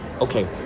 Okay